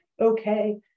okay